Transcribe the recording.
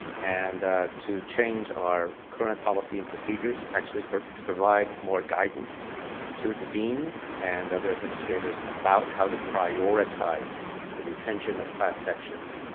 and to change our current policy and procedures actually to provide more guidance to the deans and other administrators about how to prioritize the retention of class sections.